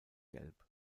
gelb